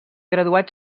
graduat